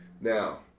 Now